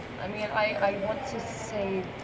i mean i want to save